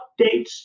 updates